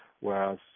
whereas